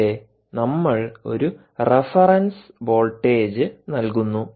ഇവിടെ നമ്മൾ ഒരു റഫറൻസ് വോൾട്ടേജ് നൽകുന്നു